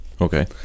Okay